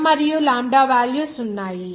M మరియు lambda values ఉన్నాయి